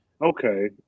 Okay